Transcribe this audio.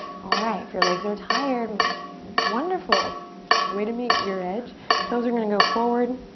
all right if your legs are tired wonderful way to meet your edge toes are going to go forward